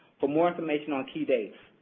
for more information on key dates,